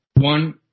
One